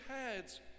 heads